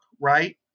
right